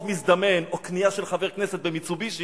מזדמן או קנייה של חבר כנסת ב"מיצובישי".